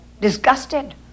disgusted